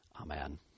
Amen